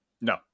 no